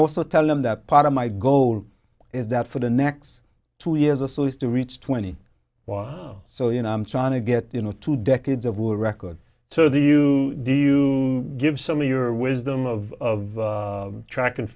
also tell them that part of my goal is that for the next two years or so is to reach twenty wow so you know i'm trying to get you know two decades of war record so that you do you give some of your wisdom of track and